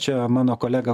čia mano kolega